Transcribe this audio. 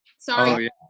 Sorry